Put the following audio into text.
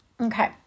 Okay